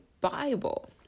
Bible